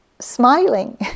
smiling